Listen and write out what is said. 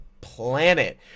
planet